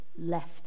left